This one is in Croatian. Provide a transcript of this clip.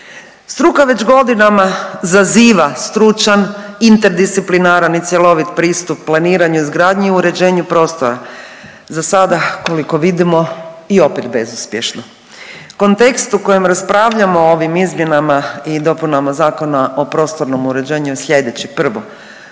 Struka već godinama zaziva stručan interdisciplinaran i cjelovit pristup planiranju, izgradnje i uređenju prostora. Za sada, koliko vidimo i opet bezuspješno. Kontekstu u kojem raspravljamo ovim izmjenama i dopunama Zakona o prostornom uređenju je sljedeći, prvo,